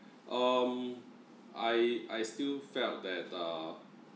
um I I still felt that uh